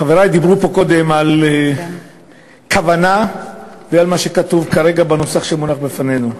חברי דיברו פה קודם על כוונה ועל מה שכתוב כרגע בנוסח שמונח בפנינו.